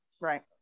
right